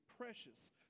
precious